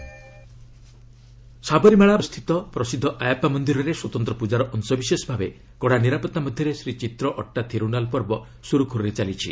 ସାବରିମାଳା ସାବରିମାଳାସ୍ଥିତ ପ୍ରସିଦ୍ଧ ଆୟାପ୍ସା ମନ୍ଦିରରେ ସ୍ୱତନ୍ତ୍ର ପ୍ରଜାର ଅଂଶବିଶେଷ ଭାବେ କଡ଼ା ନିରାପତ୍ତା ମଧ୍ୟରେ ଶ୍ରୀଚିତ୍ର ଅଟ୍ଟା ଥିରୁନାଲ୍ ପର୍ବ ସୁରୁଖୁରୁରେ ଚାଲିଛି